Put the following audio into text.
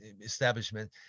establishment